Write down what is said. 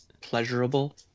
pleasurable